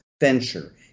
venture